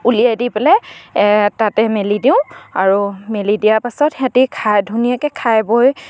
উলিয়াই দি পেলাই তাতে মেলি দিওঁ আৰু মেলি দিয়াৰ পাছত সিহঁতি খাই ধুনীয়াকে খাই বৈ